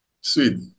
Sweet